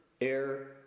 air